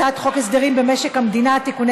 הצעת חוק הסדרים במשק המדינה (תיקוני